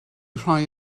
rhai